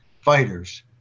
fighters